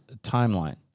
timeline